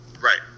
Right